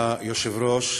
אדוני היושב-ראש,